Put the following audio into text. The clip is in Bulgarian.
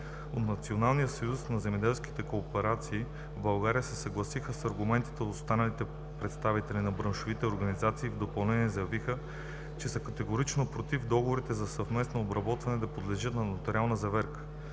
От Националния съюз на земеделските кооперации в България се съгласиха с аргументите на останалите представители на браншовите организации и в допълнение заявиха, че са категорично против договори за съвместно обработване да подлежат на нотариална заверка.